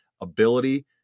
ability